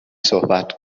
صحبت